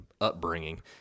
upbringing